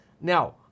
Now